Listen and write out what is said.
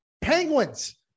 Penguins